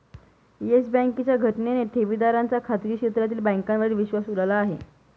yes बँकेच्या घटनेने ठेवीदारांचा खाजगी क्षेत्रातील बँकांवरील विश्वास उडाला आहे